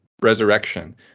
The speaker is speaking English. resurrection